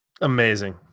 Amazing